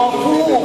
הוענקו,